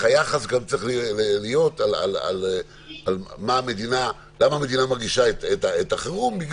שהיחס גם צריך להיות למה בעצם המדינה מרגישה את מצב החירום,